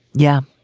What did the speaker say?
yeah.